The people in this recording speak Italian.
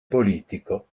politico